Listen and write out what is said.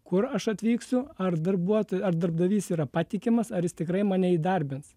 kur aš atvyksiu ar darbuoto ar darbdavys yra patikimas ar jis tikrai mane įdarbins